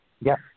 Yes